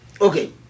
Okay